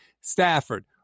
Stafford